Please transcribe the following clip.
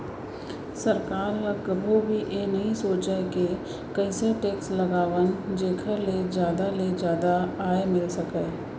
सरकार ह कभू भी ए नइ सोचय के कइसे टेक्स लगावन जेखर ले जादा ले जादा आय मिल सकय